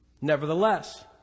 Nevertheless